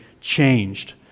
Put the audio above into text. changed